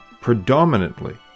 predominantly